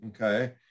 Okay